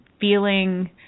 feeling